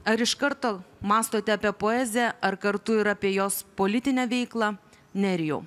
ar iš karto mąstote apie poeziją ar kartu ir apie jos politinę veiklą nerijau